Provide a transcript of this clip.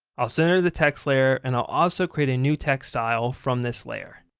i'll center the text layer and i'll also create a new text style from this layer.